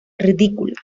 ridícula